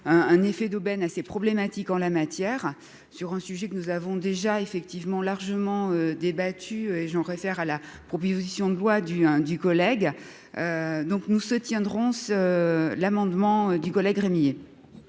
un effet d'aubaine à ces problématiques en la matière sur un sujet que nous avons déjà effectivement largement débattu et j'en réfère à la proposition de loi du hein du collègue donc nous se tiendront l'amendement du collègue Rémi.